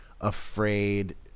afraid